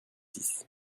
six